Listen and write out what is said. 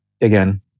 again